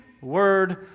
word